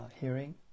hearing